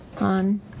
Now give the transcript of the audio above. On